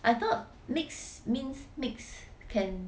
I thought mix means mix can